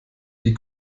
die